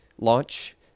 launch